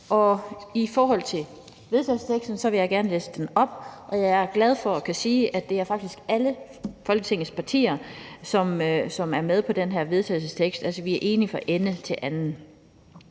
I forhold til vedtagelsesteksten vil jeg gerne læse den op, og jeg er glad for at kunne sige, at det faktisk er alle Folketingets partier, som er med på den her vedtagelsestekst, altså at vi er enige fra ende til anden.